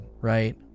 right